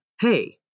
Hey